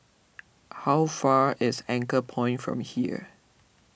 how far is Anchorpoint from here